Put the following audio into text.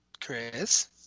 Chris